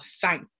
thank